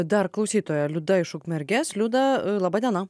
dar klausytoja liuda iš ukmergės liuda laba diena